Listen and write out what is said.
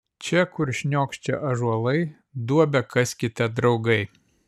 čia kur šniokščia ąžuolai duobę kaskite draugai